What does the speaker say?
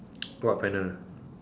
what panel